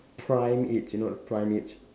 prime age you know the prime age